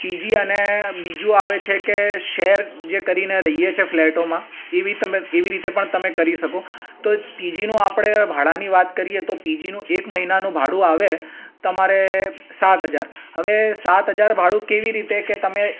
PG અને બીજું આવે છે કે શેર જે કરીને રહીએ છે ફ્લેટોમાં એવી તમે એવી રીતે પણ તમે કરી શકો તો પીજીનું આપણે ભાડાંની વાત કરીએ તો પીજીનું એક મહિનાનું ભાડું આવે તમારે સાત હજાર હવે સાત હજાર ભાડું કેવી રીતે કે તમે